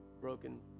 broken